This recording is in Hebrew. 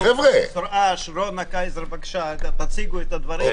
אנשים, בבקשה, תציגו את הדהברים.